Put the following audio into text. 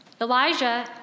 Elijah